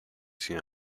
sino